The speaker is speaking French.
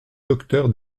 docteur